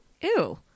ew